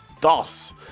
DOS